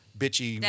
bitchy